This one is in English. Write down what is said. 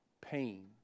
pain